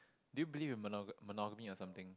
do you believe in mono~ monogamy or something